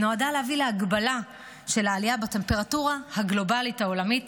שנועדה להביא להגבלה של עלייה בטמפרטורה הגלובלית העולמית